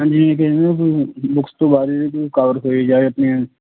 ਹਾਂਜੀ ਬੁਕਸ ਤੋਂ ਬਾਅਦ ਜਿਵੇਂ ਕੋਈ ਕਾਡ ਹੋਏ ਜਾਏ ਆਪਣੀਆਂ